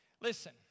Listen